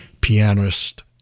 pianist